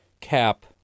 cap